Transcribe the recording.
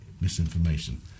misinformation